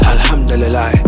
Alhamdulillah